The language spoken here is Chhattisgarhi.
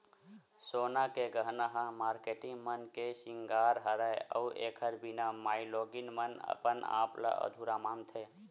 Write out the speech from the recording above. सोना के गहना ह मारकेटिंग मन के सिंगार हरय अउ एखर बिना माइलोगिन मन अपन आप ल अधुरा मानथे